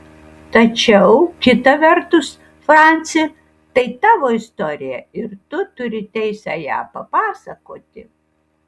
tačiau kita vertus franci tai tavo istorija ir tu turi teisę ją papasakoti